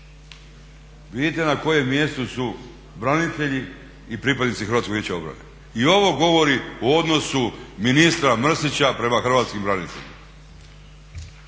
Vidite na kojem mjestu su branitelji i pripadnici Hrvatskog vijeća obrane? I ovo govori o odnosu ministra Mrsića prema hrvatskim braniteljima.